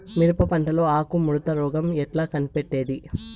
మిరప పంటలో ఆకు ముడత రోగం ఎట్లా కనిపెట్టేది?